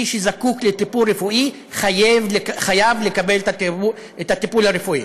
מי שזקוק לטיפול רפואי חייב לקבל את הטיפול הרפואי.